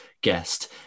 guest